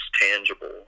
tangible